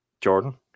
Jordan